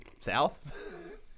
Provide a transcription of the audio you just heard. south